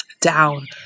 down